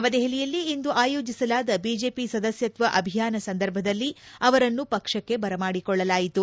ನವದೆಹಲಿಯಲ್ಲಿಂದು ಆಯೋಜಿಸಲಾದ ಬಿಜೆಪಿ ಸದಸ್ಕತ್ವ ಅಭಿಯಾನ ಸಂದರ್ಭದಲ್ಲಿ ಅವರನ್ನು ಪಕ್ಷಕ್ಕೆ ಬರಮಾಡಿಕೊಳ್ಳಲಾಯಿತು